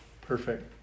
Perfect